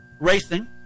Racing